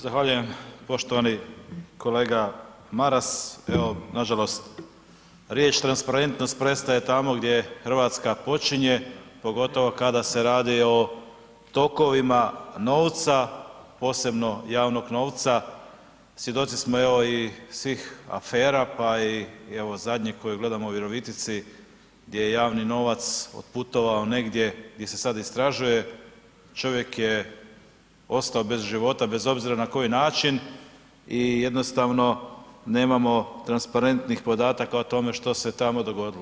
Zahvaljujem poštovani kolega Maras, evo nažalost riječ transparentnost prestaje tamo gdje RH počinje, pogotovo kada se radi o tokovima novca, posebno javnog novca, svjedoci smo evo i svih afera, pa i evo zadnje koju gledamo u Virovitici gdje je javni novac otputovao negdje gdje se sad istražuje, čovjek je ostao bez života, bez obzira na koji način i jednostavno nemamo transparentnih podataka o tome što se tamo dogodilo.